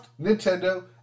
Nintendo